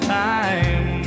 time